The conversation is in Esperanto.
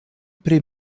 pri